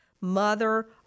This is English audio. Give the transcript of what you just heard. mother